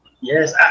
Yes